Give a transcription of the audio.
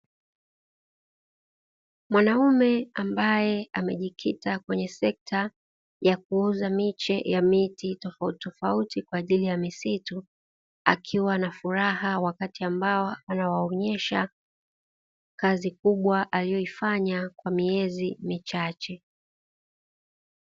Mwaume ambaye amejikita kwenye sekta ya kuuza miche ya miti tofauti tofauti, kwa ajili ya misitu, akiwa na furaha wakati ambapo anawaonyesha kazi kubwa aliyoifanya kwa miezi michache.